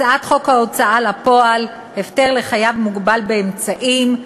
הצעת חוק ההוצאה לפועל (הפטר לחייב מוגבל באמצעים),